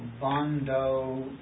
Bondo